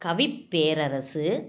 கவிப்பேரரசு